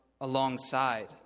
alongside